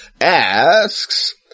asks